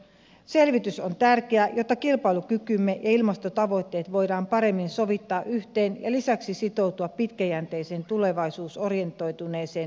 selvitys on tärkeä jotta kilpailukykymme ja ilmastotavoitteet voidaan paremmin sovittaa yhteen ja lisäksi sitoutua pitkäjänteiseen tulevaisuusorientoituneeseen energiapolitiikkaan